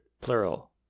plural